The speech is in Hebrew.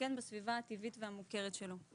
להזדקן בסביבה הטבעית והמוכרת שלו.